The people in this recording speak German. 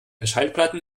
schallplatten